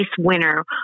winner